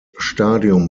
stadium